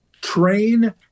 train